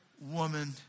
woman